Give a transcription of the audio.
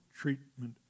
treatment